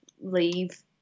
leave